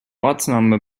ortsname